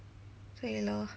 对 lor